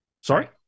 Sorry